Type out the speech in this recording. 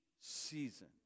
season